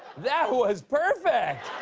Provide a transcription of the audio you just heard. that was perfect!